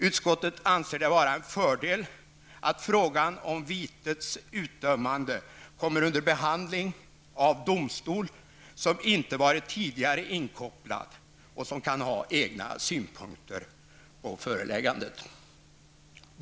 Utskottet anser det vara en fördel att frågan om vitets utdömande kommer under behandling av domstol som inte tidigare varit inkopplad och som kan ha egna synpunkter på föreläggandet.